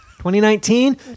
2019